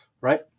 right